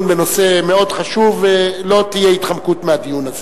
בנושא מאוד חשוב ולא תהיה התחמקות מהדיון הזה.